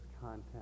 content